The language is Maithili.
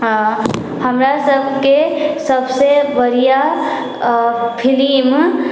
हमरा सभकेँ सभसँ बढ़िआँ फिलिम